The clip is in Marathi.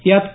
यात के